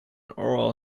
oral